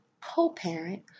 co-parent